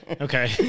Okay